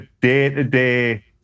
day-to-day